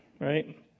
right